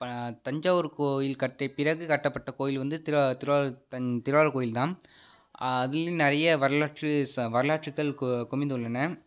இப்போ தஞ்சாவூர் கோயில் கட்டிய பிறகு கட்டப்பட்ட கோயில் வந்து திருவா திருவாரூர் திருவாரூர் கோயில் தான் அதுலையும் நிறைய வரலாற்று ச வரலாற்றுக்கள் கு குவிந்துள்ளன